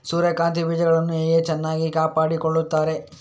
ಸೂರ್ಯಕಾಂತಿ ಬೀಜಗಳನ್ನು ಹೇಗೆ ಚೆನ್ನಾಗಿ ಕಾಪಾಡಿಕೊಳ್ತಾರೆ?